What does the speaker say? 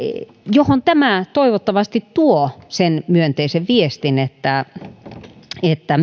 johon tämä toivottavasti tuo sen myönteisen viestin että että